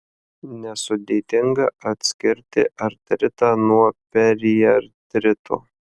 nesudėtinga atskirti artritą nuo periartrito